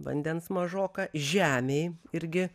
vandens mažoka žemei irgi